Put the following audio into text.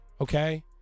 Okay